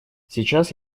сейчас